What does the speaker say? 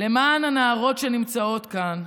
למען הנערות שנמצאות כאן,